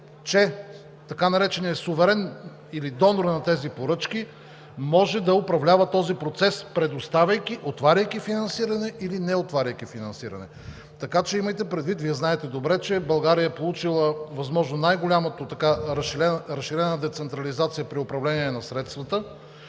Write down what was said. че така нареченият суверен или донор на тези поръчки може да управлява този процес, предоставяйки и отваряйки финансиране или не отваряйки финансиране. Имайте предвид, Вие знаете добре, че България е получила възможно най-голямата и разширена децентрализация при управление на средствата,